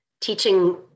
teaching